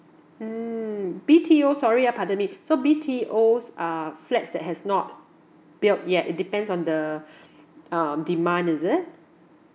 mm B_T_O sorry ah pardon me so B_T_Os uh flats that has not built yet it depends on the um demand is it